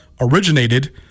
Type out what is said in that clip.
originated